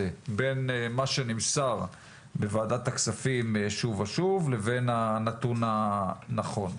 בין מה שנמסר בוועדת הכספים שוב ושוב לבין הנתון הנכון.